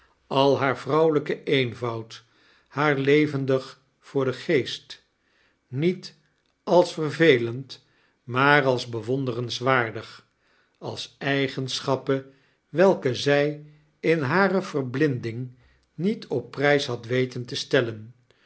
al haar vrouwelijke eenvoud haar levendig voor den geest niet als vervelend maar als bewonderenswaardig als eigenschappen welke zij in hare verblinding niet op pryshad weten testellen